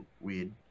weird